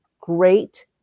great